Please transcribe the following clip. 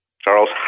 Charles